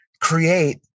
create